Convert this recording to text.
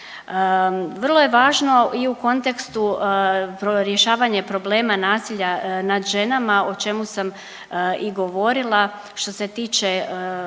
Vrlo je važno i u kontekstu rješavanje problema nasilja nad ženama o čemu sam i govorila, što se tiče